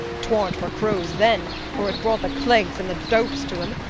twarn't for crows then, for it brought the clegs and the dowps to him.